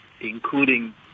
including